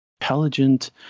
intelligent